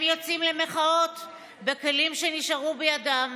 הם יוצאים למחאות בכלים שנשארו בידם.